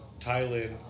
Thailand